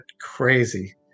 crazy